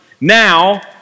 Now